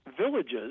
villages